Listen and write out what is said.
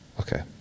Okay